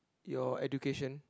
your education